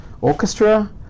orchestra